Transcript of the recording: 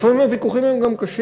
לפעמים הוויכוחים הם גם קשים,